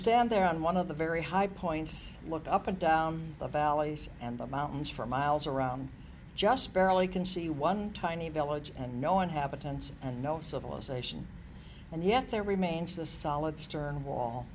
stand there on one of the very high points looked up and down the valleys and the mountains for miles around just barely can see one tiny village and no inhabitants and no civilisation and yet there remains the solid stone wall